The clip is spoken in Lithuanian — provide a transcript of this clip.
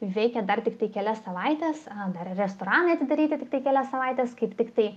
veikia dar tiktai kelias savaites dar restoranai atidaryti tiktai kelias savaites kaip tiktai